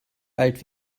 alt